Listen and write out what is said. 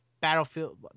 Battlefield